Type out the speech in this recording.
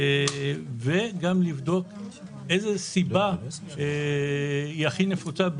וגם לבדוק איזה סיבה היא הכי נפוצה,